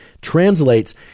translates